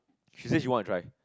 she say she wanna try